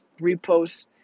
repost